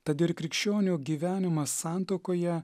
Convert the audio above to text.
tad ir krikščionių gyvenimas santuokoje